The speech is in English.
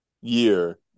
year